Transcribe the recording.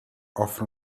offre